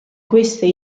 queste